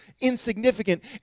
insignificant